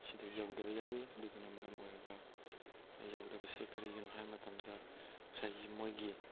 ꯁꯤꯗ ꯌꯧꯗꯕ ꯌꯥꯎꯏ ꯑꯗꯨꯗꯨꯅ ꯃꯔꯝ ꯑꯣꯏꯔꯒ ꯌꯧꯗꯕꯁꯦ ꯀꯔꯤꯒꯤꯅꯣ ꯍꯥꯏ ꯃꯇꯝꯗ ꯉꯁꯥꯏꯒꯤ ꯃꯣꯏꯒꯤ